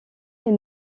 est